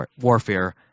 warfare